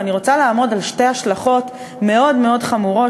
ואני רוצה לעמוד על שתי השלכות מאוד מאוד חמורות,